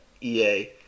EA